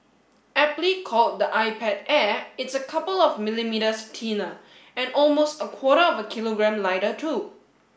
aptly called the iPad Air it's a couple of millimetres thinner and almost a quarter of a kilogram lighter too